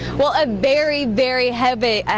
well a berry very hebby,